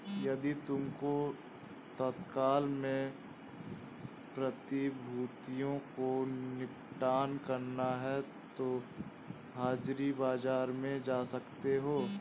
यदि तुमको तत्काल में प्रतिभूतियों को निपटान करना है तो हाजिर बाजार में जा सकते हो